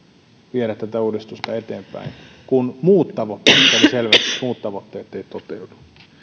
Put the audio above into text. viedä tätä uudistusta eteenpäin kun selvästi muut tavoitteet eivät toteudu